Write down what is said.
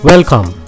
Welcome